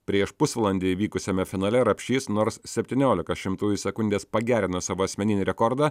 prieš pusvalandį įvykusiame finale rapšys nors septyniolika šimtųjų sekundės pagerino savo asmeninį rekordą